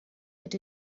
but